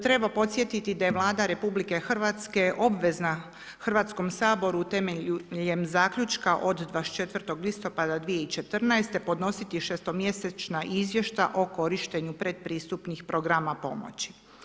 Treba podsjetiti da je Vlada RH obvezna Hrvatskom saboru temeljem zaključka od 24. listopada 2014. podnositi šestomjesečna izvješća o korištenju predpristupnih programa pomoći.